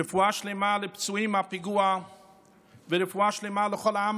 רפואה שלמה לפצועים מהפיגוע ורפואה שלמה לכל העם